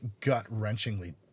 gut-wrenchingly